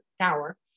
tower